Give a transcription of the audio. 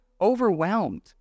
overwhelmed